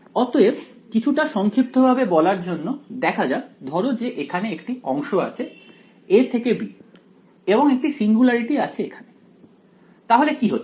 অতএব কিছুটা সংক্ষিপ্ত ভাবে বলার জন্য দেখা যাক ধরো যে এখানে একটি অংশ আছে a থেকে b এবং একটি সিঙ্গুলারিটি আছে এখানে তাহলে কি হচ্ছে